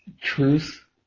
truth